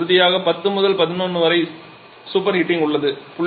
பின்னர் இறுதியாக 10 முதல் 11 வரை சூப்பர் ஹீடிங்க் உள்ளது